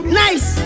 nice